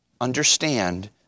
understand